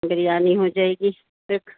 بریانی ہو جائے گی پک